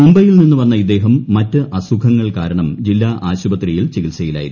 മുംബൈയിൽ നിന്ന് വന്ന ഇദ്ദേഹം മറ്റ് അസുഖങ്ങൾ കാരണം ജില്ലാ ആശുപത്രിയിൽ ചികിത്സയിലായിരുന്നു